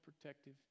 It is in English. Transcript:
protective